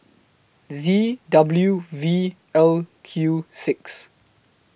Z W V L Q six